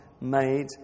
made